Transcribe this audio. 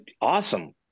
awesome